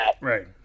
Right